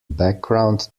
background